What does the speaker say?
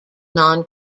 non